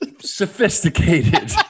sophisticated